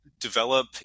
develop